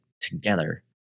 together